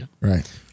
Right